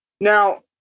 Now